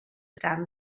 dan